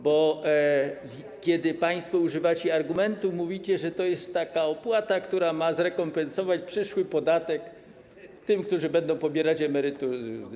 Bo kiedy państwo używacie argumentu i mówicie, że to jest opłata, która ma zrekompensować przyszły podatek tym, którzy będą pobierać emerytury.